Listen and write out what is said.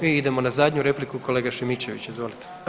I idemo na zadnju repliku, kolega Šimičević izvolite.